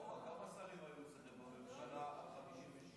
סובה, כמה שרים היו אצלכם בממשלת ה-56?